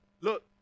Look